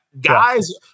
Guys